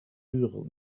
eurent